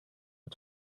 are